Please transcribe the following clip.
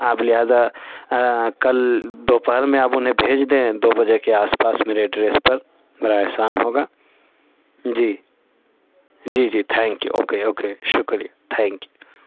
آپ لحاظہ کل دوپہر میں آپ انہیں بھیج دیں دو بجے کے آس پاس میرے ایڈریس پر میرا احسان ہوگا جی جی جی تھینک یو اوکے اوکے شکریہ تھینک یو